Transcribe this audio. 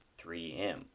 3M